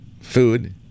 food